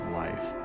life